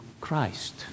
Christ